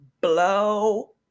blow